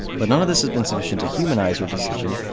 but none of this has been sufficient to humanize her decisions,